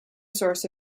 source